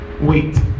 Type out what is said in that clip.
wait